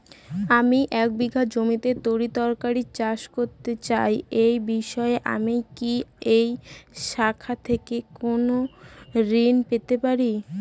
আমি এক বিঘা জমিতে তরিতরকারি চাষ করতে চাই এই বিষয়ে আমি কি এই শাখা থেকে কোন ঋণ পেতে পারি?